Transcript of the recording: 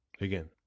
Again